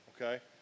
okay